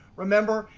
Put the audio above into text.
remember,